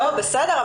בסדר,